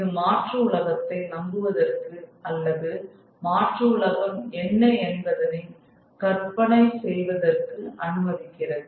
இது மாற்று உலகத்தை நம்புவதற்கு அல்லது மாற்று உலகம் என்ன என்பதை கற்பனை செய்வதற்கு அனுமதிக்கிறது